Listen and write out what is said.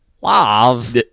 love